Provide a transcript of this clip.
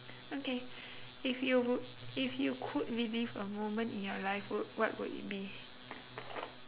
okay if you would if you could relive a moment in your life what would it be